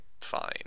fine